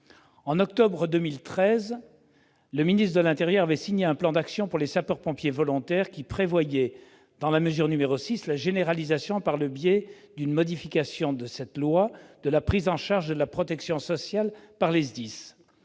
En octobre 2013, le ministre de l'intérieur avait signé un plan d'action pour les sapeurs-pompiers volontaires, qui prévoyait, dans sa mesure n° 6, la généralisation, par le biais d'une modification de la loi de 1991, de la prise en charge de la protection sociale par les SDIS.